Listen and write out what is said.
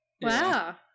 Wow